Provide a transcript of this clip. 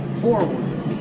forward